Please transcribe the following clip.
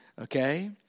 Okay